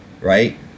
right